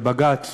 בבג"ץ